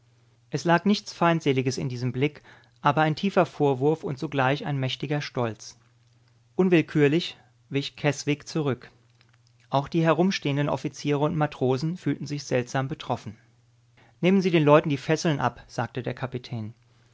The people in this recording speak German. es lag nichts feindseliges in diesem blick aber ein tiefer vorwurf und zugleich ein mächtiger stolz unwillkürlich wich keswick zurück auch die herumstehenden offiziere und matrosen fühlten sich seltsam betroffen nehmen sie den leuten die fesseln ab sagte der kapitän